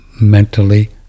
mentally